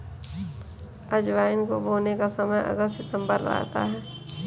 अजवाइन को बोने का समय अगस्त सितंबर रहता है